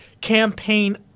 campaign